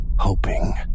hoping